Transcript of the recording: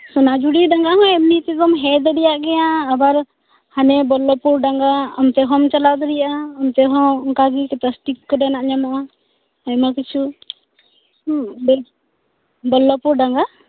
ᱫᱚ ᱥᱚᱱᱟᱡᱷᱩᱨᱤ ᱰᱟᱸᱜᱟ ᱦᱚᱸ ᱮᱢᱱᱤ ᱛᱮᱫᱚᱢ ᱦᱮᱡ ᱫᱟᱲᱮᱣᱟᱜ ᱜᱮᱭᱟ ᱟᱵᱟᱨ ᱦᱟᱱᱮ ᱵᱚᱞᱞᱚᱵᱷᱯᱩᱨ ᱰᱟᱸᱜᱟ ᱚᱱᱛᱮ ᱦᱚᱸᱢ ᱪᱟᱞᱟᱣ ᱫᱟᱲᱮᱭᱟᱜᱼᱟ ᱚᱱᱛᱮ ᱦᱚᱸ ᱚᱱᱠᱟ ᱜᱮ ᱠᱮᱯᱟᱥᱤᱴᱤ ᱠᱟᱛᱮ ᱧᱮᱞ ᱜᱟᱱᱚᱜᱼᱟ ᱟᱭᱢᱟ ᱠᱤᱪᱷᱩ ᱵᱚᱞᱞᱚᱵᱷᱯᱩᱨ ᱰᱟᱸᱜᱟ ᱦᱚᱸ